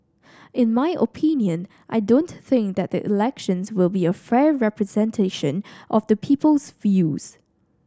in my opinion I don't think that the elections will be a fair representation of the people's views